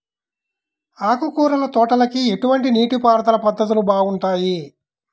ఆకుకూరల తోటలకి ఎటువంటి నీటిపారుదల పద్ధతులు బాగుంటాయ్?